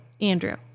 Andrew